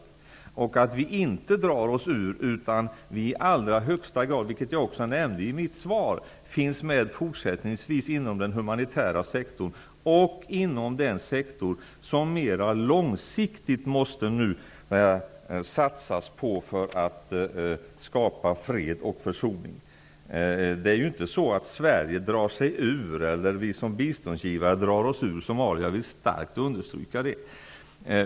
Sverige drar sig inte ur, utan Sverige är i allra högsta grad -- vilket jag också nämnde i mitt svar -- med även i fortsättningen inom den humanitära sektorn och inom den sektor som mera långsiktigt måste satsas på för att skapa fred och försoning. Jag vill starkt understryka att Sverige inte drar sig ur Somalia i egenskap av bidragsgivare.